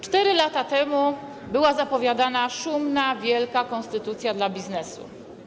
4 lata temu była zapowiadana szumna, wielka konstytucja dla biznesu.